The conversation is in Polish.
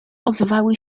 ozwały